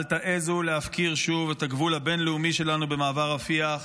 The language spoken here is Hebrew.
אל תעזו להפקיר שוב את הגבול הבין-לאומי שלנו במעבר רפיח.